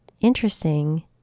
interesting